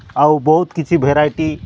ଆଉ ବହୁତ କିଛି ଭେରାଇଟି